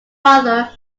father